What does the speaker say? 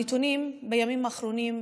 הנתונים בימים האחרונים,